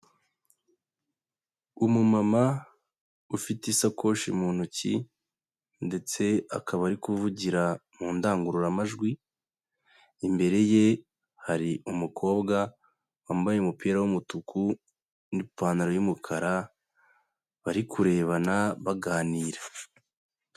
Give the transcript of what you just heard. Umumama ufite isakoshi mu ntoki ndetse akaba ari kuvugira mu ndangururamajwi, imbere ye hari umukobwa wambaye umupira w'umutuku n'ipantaro y'umukara bari kurebana, baganira.